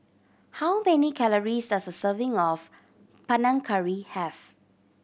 how many calories does a serving of Panang Curry have